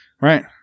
Right